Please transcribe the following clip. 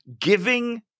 giving